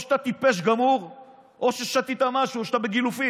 או שאתה טיפש